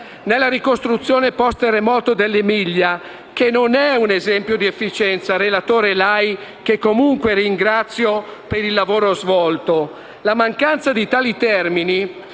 Nella ricostruzione *post* terremoto dell'Emilia, che non è un esempio di efficienza, relatore Lai (che comunque ringrazio per il lavoro svolto), la mancanza di tali termini